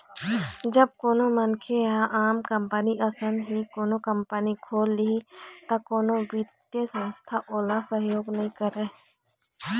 जब कोनो मनखे ह आम कंपनी असन ही कोनो कंपनी खोल लिही त कोनो बित्तीय संस्था ओला सहयोग नइ करय